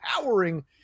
powering